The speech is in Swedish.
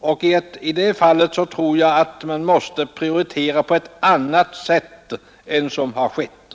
och i det fallet tror jag att man måste prioritera på ett annat sätt än som har skett.